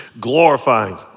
glorifying